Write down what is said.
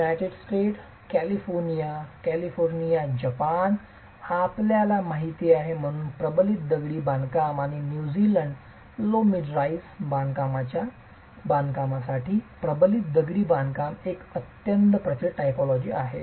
United States California California जपान आपल्याला माहिती आहे म्हणूनच प्रबलित दगडी बांधकाम आणि न्यूझीलंड लो मिड राईज बांधकामांच्या बांधकामासाठी प्रबलित दगडी बांधकाम एक अत्यंत प्रचलित टायपॉलॉजी आहे